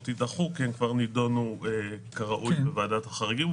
יידחה כי הן כבר נידונו כראוי בוועדת החריגים,